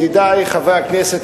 ידידי חברי הכנסת,